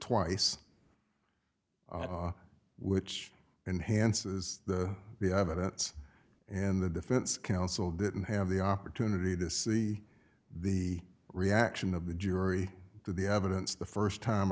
twice are which enhances the we haven't in the defense counsel didn't have the opportunity to see the reaction of the jury to the evidence the first time